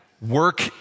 work